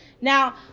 now